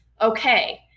okay